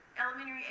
Elementary